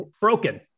broken